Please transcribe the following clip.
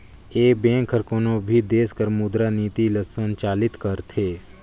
ए bank हर कोनो भी देस कर मुद्रा नीति ल संचालित करथे